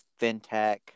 fintech